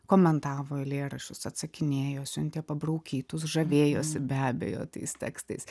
komentavo eilėraščius atsakinėjo siuntė pabraukytus žavėjosi be abejo tais tekstais